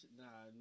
nah